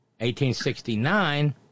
1869